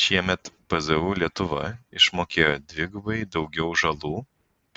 šiemet pzu lietuva išmokėjo dvigubai daugiau žalų